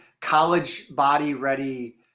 college-body-ready